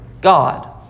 God